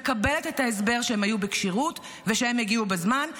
מקבלת את ההסבר שהם היו בכשירות ושהם הגיעו בזמן,